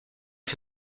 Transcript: for